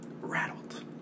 Rattled